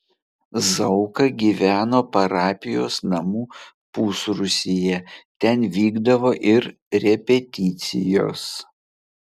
zauka gyveno parapijos namų pusrūsyje ten vykdavo ir repeticijos